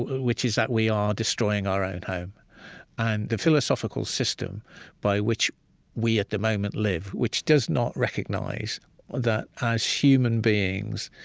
which is that we are destroying our own home and the philosophical system by which we, at the moment, live, which does not recognize that, as human beings,